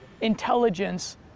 intelligence